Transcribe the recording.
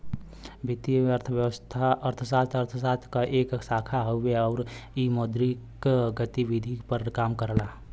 वित्तीय अर्थशास्त्र अर्थशास्त्र क एक शाखा हउवे आउर इ मौद्रिक गतिविधि पर काम करला